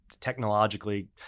technologically